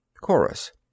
Chorus